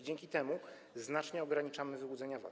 Dzięki temu znacznie ograniczamy wyłudzenia VAT.